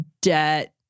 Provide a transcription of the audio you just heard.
debt